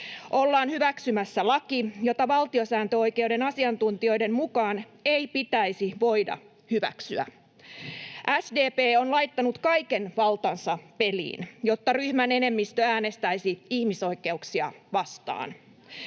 Ollaan hyväksymässä laki, jota valtiosääntöoikeuden asiantuntijoiden mukaan ei pitäisi voida hyväksyä. SDP on laittanut kaiken valtansa peliin, jotta ryhmän enemmistö äänestäisi ihmisoikeuksia vastaan.